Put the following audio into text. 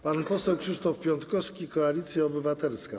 Pan poseł Krzysztof Piątkowski, Koalicja Obywatelska.